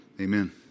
Amen